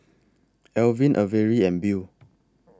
Alvin Averi and Bea